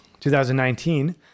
2019